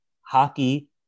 Hockey